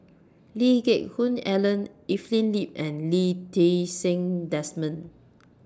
Lee Geck Hoon Ellen Evelyn Lip and Lee Ti Seng Desmond